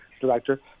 director